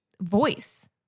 voice